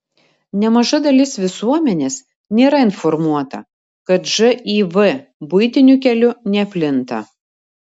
nemaža dalis visuomenės nėra informuota kad živ buitiniu keliu neplinta